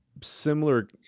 Similar